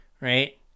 Right